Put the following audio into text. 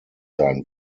sein